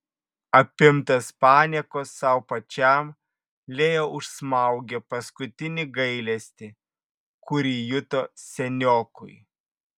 apimtas paniekos sau pačiam leo užsmaugė paskutinį gailestį kurį juto seniokui